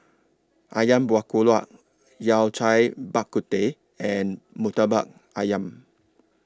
Ayam Buah Keluak Yao Cai Bak Kut Teh and Murtabak Ayam